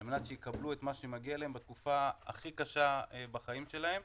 על מנת שיקבלו את מה שמגיע להם בתקופה הכי קשה בחיים שלהם.